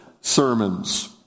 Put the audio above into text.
sermons